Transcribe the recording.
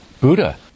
Buddha